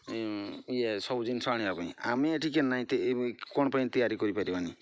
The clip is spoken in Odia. ଏଇ ସବୁ ଜିନିଷ ଆଣିବା ପାଇଁ ଆମେ ଏଠି କେମିତି କ'ଣ ପାଇଁ ତିଆରି କରିପାରିବାନି